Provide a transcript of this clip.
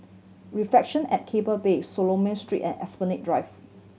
Reflection at Keppel Bay Solomon Street and Esplanade Drive